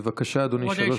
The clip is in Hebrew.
בבקשה, אדוני, שלוש דקות.